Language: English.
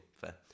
fair